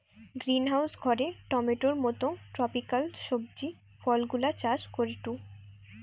greenhouse ঘরে টমেটোর মত ট্রপিকাল সবজি ফলগুলা চাষ করিটু